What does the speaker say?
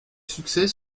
succès